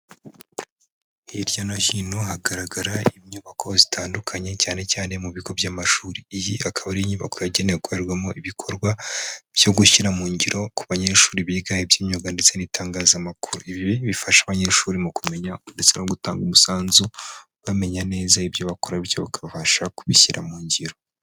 Hirya no hino hagaragara inyubako zitandukanye, cyane cyane mu bigo by'amashuri. Iyi akaba ari inyubako yagenewe gukorerwamo ibikorwa byo gushyira mu ngiro ku banyeshuri biga iby'imyuga ndetse n'itangazamakuru. Ibi bifasha abanyeshuri mu kumenya ndetse no gutanga umusanzu, bamenya neza ibyo bakora, bityo bakabasha kubishyira mu ngiro.